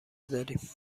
داریم